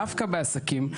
דווקא בעסקים,